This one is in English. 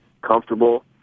comfortable